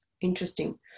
Interesting